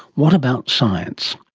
what about science?